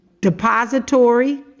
Depository